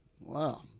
wow